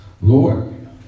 Lord